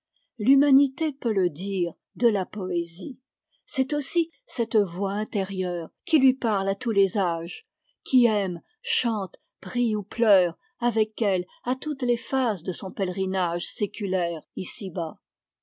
l'humanité peut le dire de la poésie c'est aussi cette voix intérieure qui lui parle à tous les âges qui aime chante prie ou pleure avec elle à toutes les phases de son pélerinage séculaire